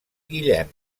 guillem